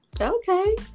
Okay